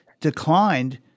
declined